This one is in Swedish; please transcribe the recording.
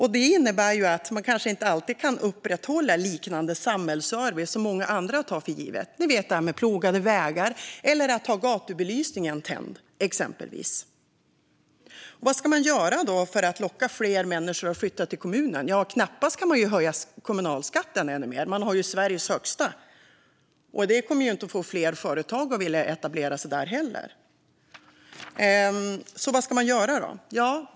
Det innebär att man kanske inte alltid kan upprätthålla liknande samhällsservice som många andra tar för given, som plogade vägar eller tänd gatubelysning. Vad ska man då göra för att locka fler människor att flytta till kommunen? Man kan knappast höja kommunalskatten ännu mer. Man har ju Sveriges högsta. Det kommer inte heller att få fler företag att vilja etablera sig där. Så vad ska man göra?